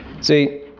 See